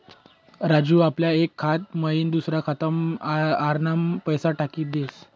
राजू आपला एक खाता मयीन दुसरा खातामा आराममा पैसा टाकी देस